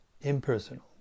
impersonal